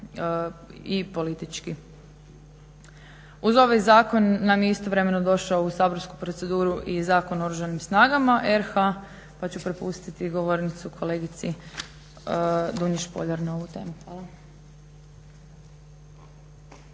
i politički. Uz ovaj Zakon nam je istovremeno došao u saborsku proceduru i Zakon o oružanim snagama RH pa ću prepustiti govornicu kolegici Dunji Špoljar na ovu temu. Hvala.